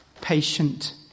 Patient